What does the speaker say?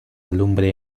lumbre